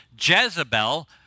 Jezebel